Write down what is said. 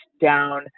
down